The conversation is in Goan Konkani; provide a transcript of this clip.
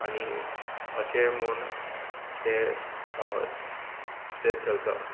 आनी असें म्हूण तें तें चलता